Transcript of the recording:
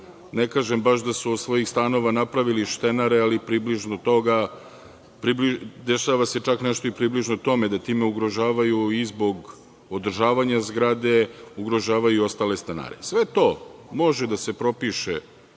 ne kažem baš da su od svojih stanova napravili štenare, ali dešava se čak nešto i približno tome, da time ugrožavaju i zbog održavanja zgrade, ugrožavaju i ostale stanare. Sve to može da se propiše